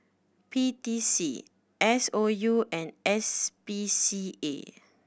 P T C S O U and S P C A